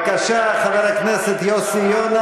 בבקשה, חבר הכנסת יוסי יונה.